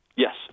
Yes